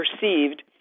perceived